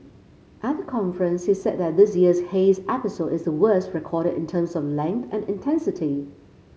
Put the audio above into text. at the conference he said that this year's haze episode is the worst recorded in terms of length and intensity